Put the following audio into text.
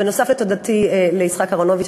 נוסף על תודתי ליצחק אהרונוביץ,